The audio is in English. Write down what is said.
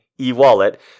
e-wallet